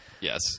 Yes